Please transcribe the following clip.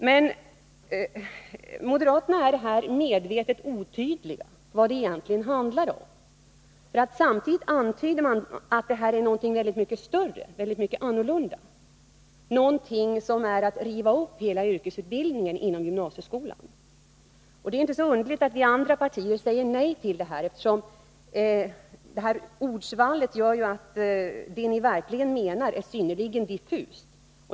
Men moderaterna är här medvetet otydliga när det gäller att säga vad det egentligen handlar om. Samtidigt antyder man nämligen att detta är någonting mycket större och någonting helt annorlunda, någonting som innebär att man river upp hela yrkesutbildningen inom gymnasieskolan. Det är inte så underligt att vi andra partier säger nej till detta, eftersom det här ordsvallet gör att det ni verkligen menar är synnerligen diffust.